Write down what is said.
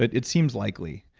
it it seems likely.